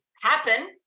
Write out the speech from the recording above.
happen